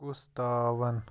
کُس تاوَن